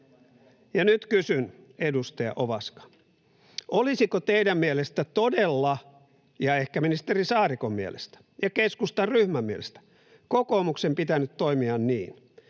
nyt kysyn, edustaja Ovaska: Olisiko teidän mielestänne todella — ja ehkä ministeri Saarikon mielestä, ja keskustan ryhmän mielestä — kokoomuksen pitänyt toimia niin,